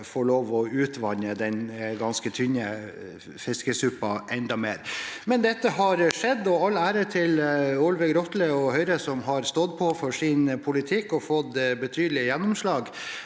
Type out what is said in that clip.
få lov til å utvanne den ganske tynne fiskesuppa enda mer. Likevel har det skjedd, og all ære til Olve Grotle og Høyre, som har stått på for sin politikk og fått betydelig gjennomslag.